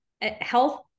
health